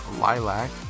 Lilac